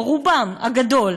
או רובם הגדול,